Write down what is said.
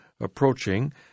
approaching